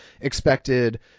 expected